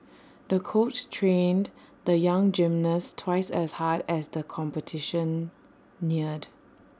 the coach trained the young gymnast twice as hard as the competition neared